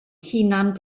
hunan